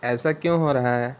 ایسا کیوں ہو رہا ہے